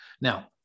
Now